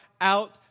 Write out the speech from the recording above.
out